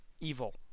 evil